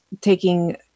taking